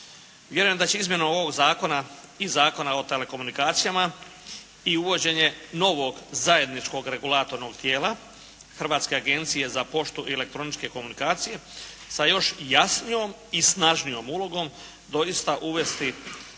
Vjerujem da će izmjenom ovog zakona i Zakona o telekomunikacijama i uvođenje novog zajedničkog regulatornog tijela Hrvatske agencije za poštu i elektroničke komunikacije sa još jasnijom i snažnijom ulogom doista uvesti